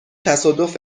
تصادف